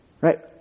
right